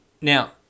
Now